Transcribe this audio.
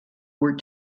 were